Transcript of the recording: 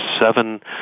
seven